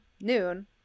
noon